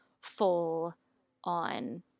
full-on